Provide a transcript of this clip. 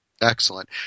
Excellent